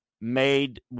made –